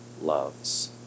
loves